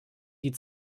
die